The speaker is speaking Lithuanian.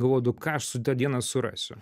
galvodavau ką aš su ta diena surasiu